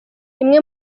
imwe